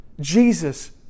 Jesus